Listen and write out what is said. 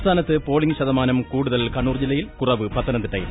സംസ്ഥാനത്ത് പോളിദ്ഗ് ്ഗുതമാനം കൂടുതൽ കണ്ണൂർ ജില്ലയിൽ കുറവ് ൃഷ്ത്തന്ംതിട്ടയിൽ